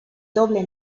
doble